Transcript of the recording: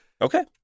Okay